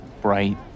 bright